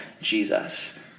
Jesus